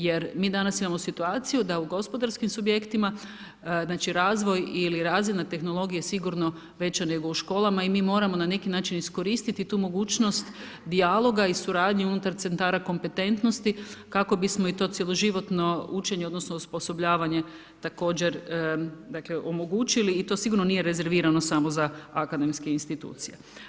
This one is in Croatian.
Jer mi danas imamo situaciju da u gospodarskim subjektima znači razvoj ili razina tehnologije sigurno veća nego u školama i mi moramo na neki način iskoristiti tu mogućnost dijaloga i suradnju unutar centara kompetentnosti, kako bismo i to cijeloživotno učenje, odnosno, osposobljavanje, također omogućili i to sigurno nije rezervirano samo za akademske institucije.